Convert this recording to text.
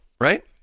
right